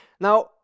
now